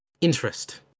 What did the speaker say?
interest